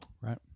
Right